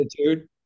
attitude